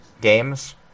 games